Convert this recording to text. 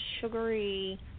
sugary